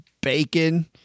bacon